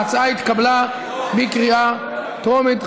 ההצעה התקבלה בקריאה טרומית.